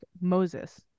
Moses